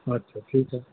अच्छा ठीकु आहे